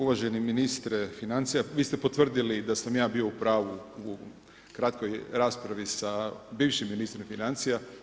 Uvaženi ministre financija, vi ste potvrdili da sam ja bio u pravu u kratkoj raspravi sa bivšim ministrom financija.